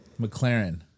McLaren